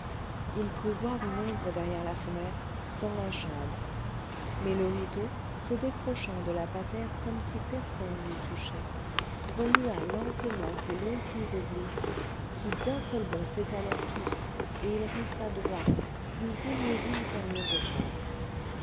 il crut voir une ombre derrière la fenêtre dans la chambre mais le rideau se décrochant de la patère comme si personne n'y touchait remua lentement ses longs plis obliques qui d'un seul bond s'étalèrent tous et il resta droit plus immobile qu'un mur de plâtre